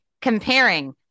comparing